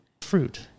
fruit